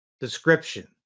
description